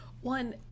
one